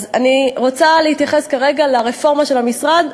אני רוצה להתייחס כרגע לרפורמה של המשרד,